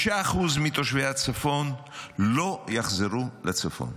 5% מתושבי הצפון לא יחזרו לצפון.